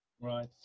Right